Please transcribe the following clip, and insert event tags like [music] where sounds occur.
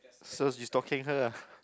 so you stalking her ah [laughs]